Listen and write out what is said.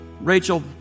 Rachel